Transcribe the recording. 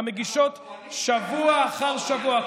המגישות שבוע אחר שבוע,